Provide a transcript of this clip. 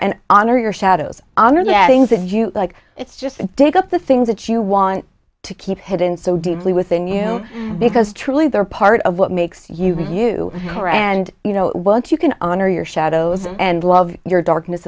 you like it's just take up the things that you want to keep hidden so deeply within you because truly they're part of what makes you think you are and you know what you can honor your shadows and love your darkness